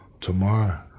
tomorrow